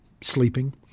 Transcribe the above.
Sleeping